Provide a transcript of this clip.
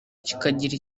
kikagira